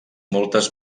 moltes